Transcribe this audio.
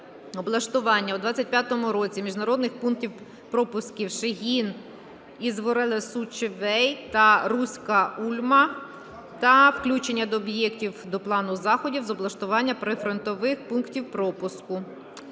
облаштування у 2025 році міжнародних пунктів пропусків "Шегин– Ізвоареле-Сучевей" та "Руська – Ульма" та включення цих об’єктів до Плану заходів з облаштування прифронтових пунктів пропуску.